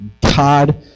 God